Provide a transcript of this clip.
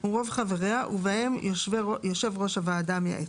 הוא רוב חבריה ובהם יושב ראש הוועדה המייעצת.